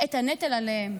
את הנטל עליהם.